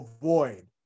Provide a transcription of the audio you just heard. avoid